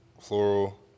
Floral